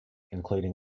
including